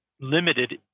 limited